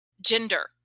gender